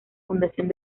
fundación